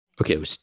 Okay